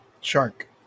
Shark